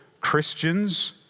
Christians